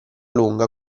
lunga